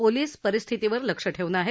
police परिस्थितीवर लक्ष ठेवून आहेत